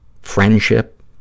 friendship